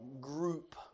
group